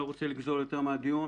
אני לא רוצה לגזול יותר מהדיון.